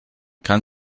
kann